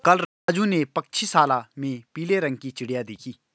कल राजू ने पक्षीशाला में पीले रंग की चिड़िया देखी